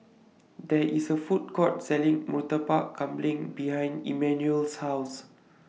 There IS A Food Court Selling Murtabak Kambing behind Emmanuel's House